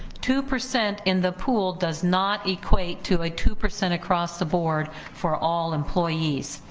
two percent in the pool does not equate to a two percent across the board for all employees.